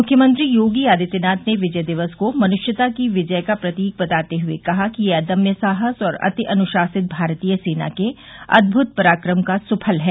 मुख्यमंत्री योगी आदित्यनाथ ने विजय दिवस को मनुष्यता की विजय का प्रतीक बताते हुए कहा कि यह अदम्य साहस और अति अनुशासित भारतीय सेना के अद्भुत पराक्रम का सुफल है